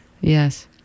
Yes